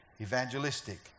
evangelistic